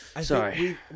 Sorry